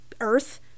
Earth